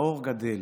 האור גדל.